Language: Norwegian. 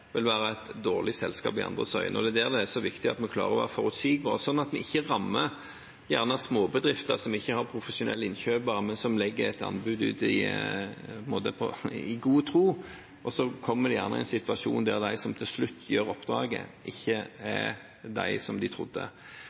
vil være et dårlig selskap i andres øyne. Det er der det er så viktig at vi klarer å være forutsigbare, slik at vi ikke rammer småbedrifter, som gjerne ikke har profesjonelle innkjøpere, men som legger ut et anbud i god tro, og så kommer de i en situasjon der de som til slutt utfører oppdraget, ikke er dem de trodde.